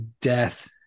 death